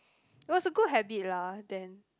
it was a good habit lah then